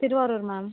Thiruvarur ma'am